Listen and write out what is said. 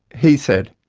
he said.